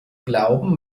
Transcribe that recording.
glauben